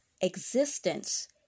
existence